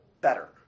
better